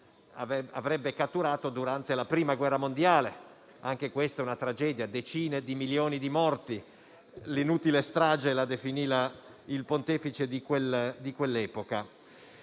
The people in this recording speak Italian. avrebbe catturato durante la Prima guerra mondiale. Anche questa è stata una tragedia, con decine di milioni di morti: "inutile strage" la definì il Pontefice di quell'epoca.